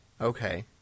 Okay